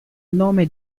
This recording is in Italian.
nome